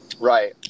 Right